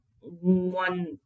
one